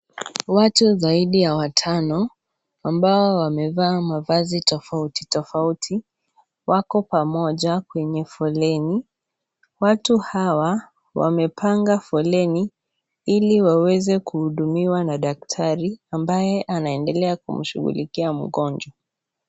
Watu zaidi ya watano, ambao wamevaa mavazi tofauti tofauti, wako pamoja kwenye foleni. Watu hawa, wamepanga foleni, ili waweze kuhudumiwa na daktari ambaye anaendelea kumshughulikia mgonjwa.